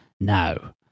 Now